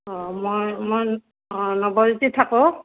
অ' মই মই থাকো